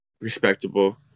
respectable